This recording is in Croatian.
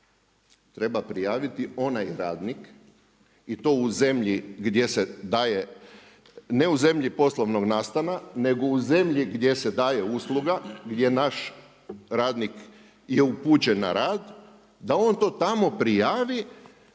Treba prijaviti onaj radnik i to u zemlji gdje se daje, ne u zemlji poslovnog nastana nego u zemlji gdje se daje usluga, gdje naš radnik je upućen na rad, da on to tamo prijavi,